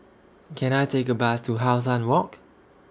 Can I Take A Bus to How Sun Walk